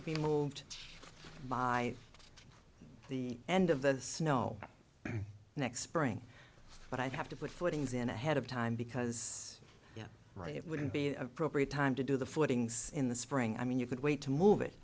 to be moved by the end of the snow next spring but i'd have to put footings in ahead of time because you're right it wouldn't be the appropriate time to do the footings in the spring i mean you could wait to move it